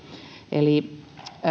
eli